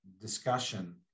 discussion